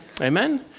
amen